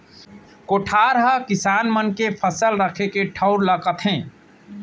कोठार हकिसान मन के फसल रखे के ठउर ल कथें